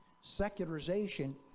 Secularization